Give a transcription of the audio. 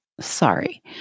Sorry